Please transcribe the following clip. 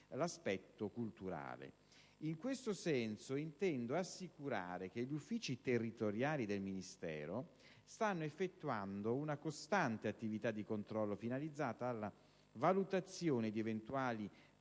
In questo senso, intendo assicurare che gli uffici territoriali del Ministero stanno effettuando una costante attività di controllo finalizzata alla valutazione di eventuali potenziali